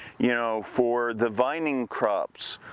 you know, for the vining crops.